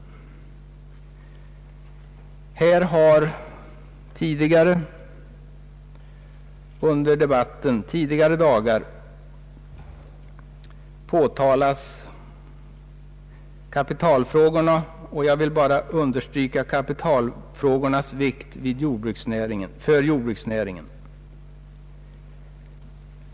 Under de föregående dagarnas debatt har framhållits vilken betydelse dessa frågor har, och jag vill endast understryka deras vikt för jordbruksnäringen.